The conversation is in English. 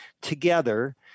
together